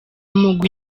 mugwi